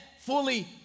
fully